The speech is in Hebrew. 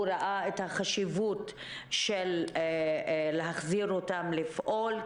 הוא ראה את החשיבות להחזיר אותם לפעול,